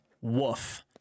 Woof